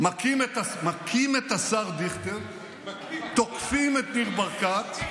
מכים את השר דיכטר, תוקפים את ניר ברקת,